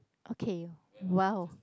okay !wow!